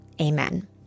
Amen